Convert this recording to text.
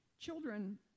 Children